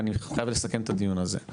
ואני חייב לסכם את הדיון הזה.